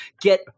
get